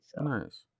Nice